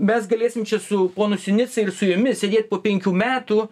mes galėsim čia su ponu sinica ir su jumis sėdėt po penkių metų